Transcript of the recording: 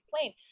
plain